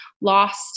lost